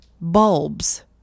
bulbs